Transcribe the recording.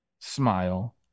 smile